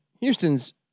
Houston's